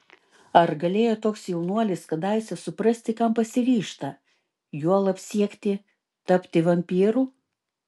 ar galėjo toks jaunuolis kadaise suprasti kam pasiryžta juolab siekti tapti vampyru